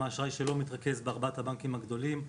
שהאשראי שלו נלקח בעיקר מארבעת הבנקים הגדולים.